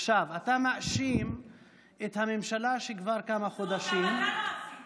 עכשיו אתה מאשים את הממשלה שכבר כמה חודשים,